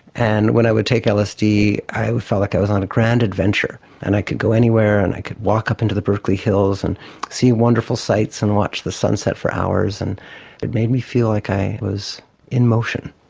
and when i would take lsd i felt like i was on a grand adventure and i could go anywhere and i could walk up into the berkeley hills and see wonderful sights and watch the sunset for hours. it made me feel like i was in motion.